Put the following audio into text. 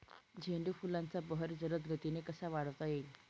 झेंडू फुलांचा बहर जलद गतीने कसा वाढवता येईल?